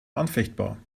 anfechtbar